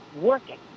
working